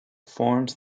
forms